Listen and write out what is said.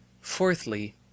Fourthly